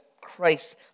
Christ